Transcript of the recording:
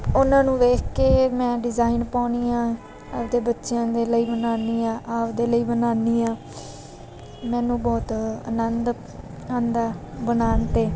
ਉਨ੍ਹਾਂ ਨੂੰ ਵੇਖ ਕੇ ਮੈਂ ਡਿਜ਼ਾਈਨ ਪਾਉਂਦੀ ਹਾਂ ਆਪਣੇ ਬੱਚਿਆਂ ਲਈ ਬਣਾਉਂਦੀ ਹਾਂ ਆਪਣੇ ਲਈ ਬਣਾਉਂਦੀ ਹਾਂ ਮੈਨੂੰ ਬਹੁਤ ਆਨੰਦ ਆਉਂਦਾ ਹੈ ਬਣਾਉਣ 'ਤੇ